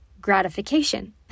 gratification